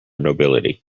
nobility